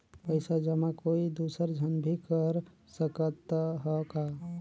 पइसा जमा कोई दुसर झन भी कर सकत त ह का?